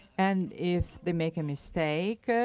and if they make a mistake,